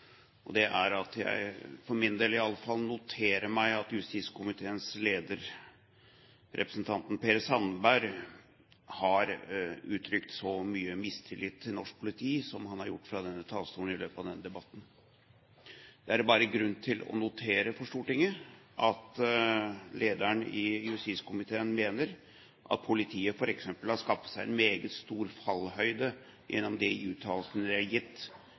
det. Det er at jeg for min del iallfall noterer meg at justiskomiteens leder, representanten Per Sandberg, har uttrykt mye mistillit til norsk politi fra denne talerstolen i løpet av denne debatten. Det er det bare grunn til å notere for Stortinget, at lederen i justiskomiteen mener at politiet f.eks. har skaffet seg en meget stor fallhøyde gjennom de uttalelsene de har gitt i forbindelse med høringen og debatten rundt selve direktivet. Det er